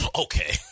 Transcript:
Okay